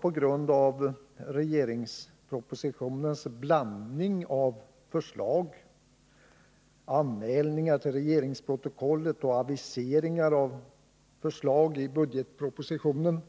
På grund av regeringspropositionens blandning av förslag, anmälningar till regeringsprotokollet och aviseringar om förslag i budgetpropositionen har